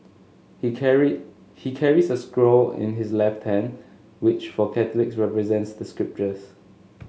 he carry he carries a scroll in his left hand which for Catholics represents the scriptures